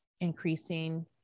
increasing